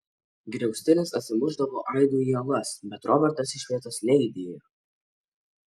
griaustinis atsimušdavo aidu į uolas bet robertas iš vietos nejudėjo